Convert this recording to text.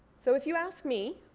so if you ask me,